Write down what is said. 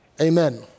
Amen